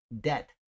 debt